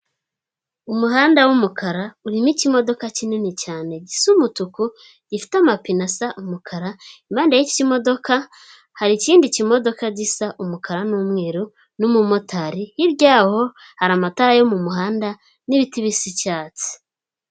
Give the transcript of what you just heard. Umuhanda w'umukara urimo ikimodoka kinini cyane gisa umutuku; gifite amapine asa umukara; impande y'icyo kimodoka hari ikindi kimodoka gisa umukara n'umweru n'umumotari; hirya yaho hari amatara yo mu muhanda n'ibiti bisa icyatsi.